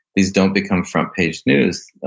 these don't become front page news,